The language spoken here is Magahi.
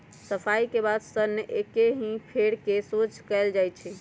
सफाई के बाद सन्न के ककहि से फेर कऽ सोझ कएल जाइ छइ